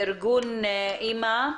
מארגון "אמא"